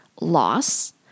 loss